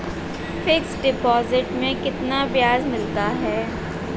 Fix deposit में कितना ब्याज मिलता है?